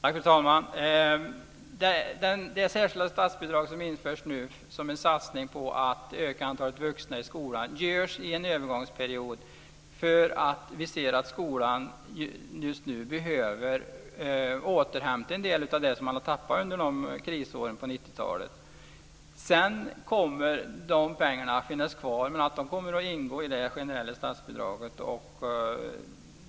Fru talman! Det särskilda statsbidrag som införs nu som en satsning på att öka antalet vuxna i skolan införs under en övergångsperiod för att vi ser att skolan just nu behöver återhämta en del av det som man har tappat under krisåren på 90-talet. Sedan kommer pengarna att finnas kvar, men de kommer att ingå i det generella statsbidraget.